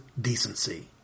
decency